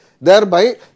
Thereby